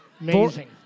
amazing